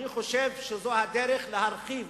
אני חושב שזאת הדרך להרחיב,